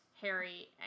Harry